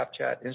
Snapchat